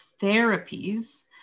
therapies